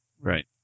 Right